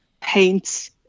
paints